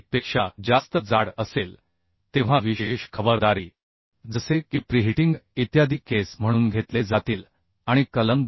पेक्षा जास्त जाड असेल तेव्हा विशेष खबरदारी जसे की प्रीहिटिंग इत्यादी केस म्हणून घेतले जातील आणि कलम 10